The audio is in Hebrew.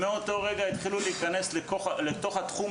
כשמאותו רגע התחילו להיכנס לתוך התחום